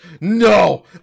no